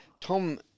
Tom